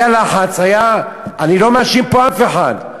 היה לחץ, אני לא מאשים פה אף אחד,